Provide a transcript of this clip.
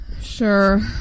Sure